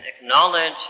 acknowledge